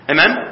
Amen